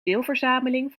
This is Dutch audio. deelverzameling